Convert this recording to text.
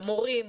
למורים,